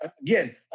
Again